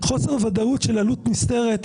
חוסר ודאות ועלות נסתרת,